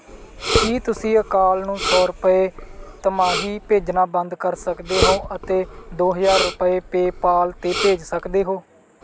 ਕੀ ਤੁਸੀਂ ਅਕਾਲ ਨੂੰ ਸੌ ਰੁਪਏ ਤਿਮਾਹੀ ਭੇਜਣਾ ਬੰਦ ਕਰ ਸਕਦੇ ਹੋ ਅਤੇ ਦੋ ਹਜ਼ਾਰ ਰੁਪਏ ਪੇਅ ਪਾਲ 'ਤੇ ਭੇਜ ਸਕਦੇ ਹੋ